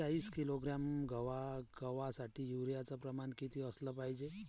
चाळीस किलोग्रॅम गवासाठी यूरिया च प्रमान किती असलं पायजे?